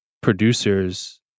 producers